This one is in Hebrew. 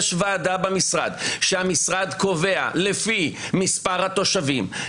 יש ועדה במשרד שהמשרד קובע לפי מספר התושבים,